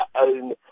own